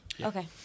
Okay